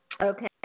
Okay